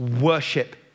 worship